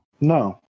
No